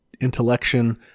intellection